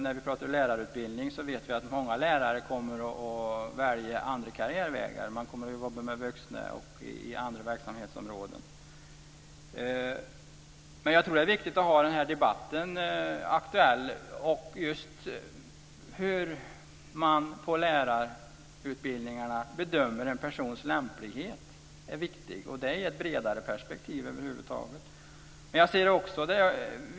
När vi pratar lärarutbildning vet vi att många lärare kommer att välja andra karriärvägar. Man kommer att jobba med vuxna och inom andra verksamhetsområden. Men jag tror att det är viktigt att ha den här debatten aktuell. Just hur man på lärarutbildningarna bedömer en persons lämplighet är viktigt, och det i ett bredare perspektiv över huvud taget.